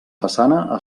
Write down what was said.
façana